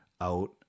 out